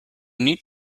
need